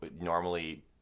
normally